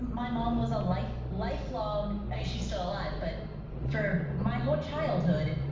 my mom was a life lifelong and she's still alive, but for my whole childhood,